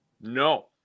No